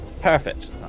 Perfect